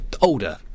older